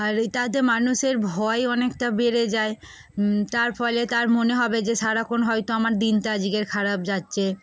আর তাতে মানুষের ভয় অনেকটা বেড়ে যায় তার ফলে তার মনে হবে যে সারাক্ষণ হয়তো আমার দিনটা আজকের খারাপ যাচ্ছে